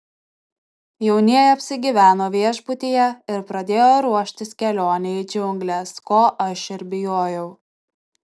jaunieji apsigyveno viešbutyje ir pradėjo ruoštis kelionei į džiungles ko aš ir bijojau